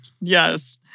Yes